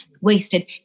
wasted